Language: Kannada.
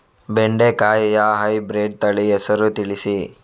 ಬೆಂಡೆಕಾಯಿಯ ಹೈಬ್ರಿಡ್ ತಳಿ ಹೆಸರು ತಿಳಿಸಿ?